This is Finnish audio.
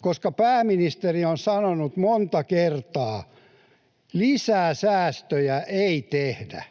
koska pääministeri on sanonut monta kertaa: ”Lisää säästöjä ei tehdä.”